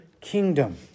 kingdom